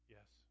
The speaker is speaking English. Yes